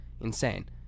insane